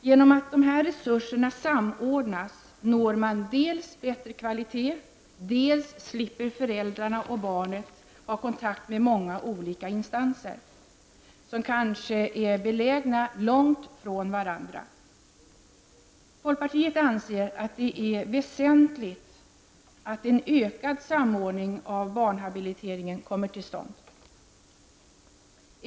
Genom att dessa resurser samordnas når man dels bättre kvalitet, dels slipper föräldrarna och barnet ha kontakt med många olika instanser som kanske är belägna långt ifrån varandra. Folkpartiet anser att det är väsentligt att en ökad samordning av barnhabiliteringen kommer till stånd.